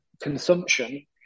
consumption